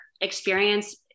experience